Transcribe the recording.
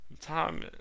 Time